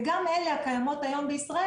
וגם אלה הקיימות בישראל,